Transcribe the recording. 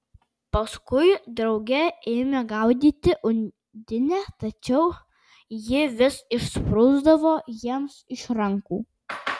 paskui drauge ėmė gaudyti undinę tačiau ji vis išsprūsdavo jiems iš rankų